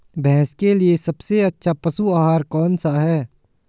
भैंस के लिए सबसे अच्छा पशु आहार कौनसा है?